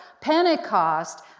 Pentecost